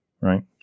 Right